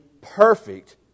perfect